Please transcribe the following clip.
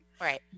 Right